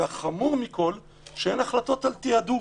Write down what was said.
והחמור מכול, שאין החלטות על תעדוף.